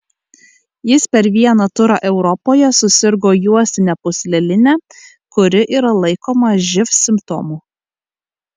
jis per vieną turą europoje susirgo juostine pūsleline kuri yra laikoma živ simptomu